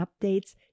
updates